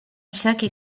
chaque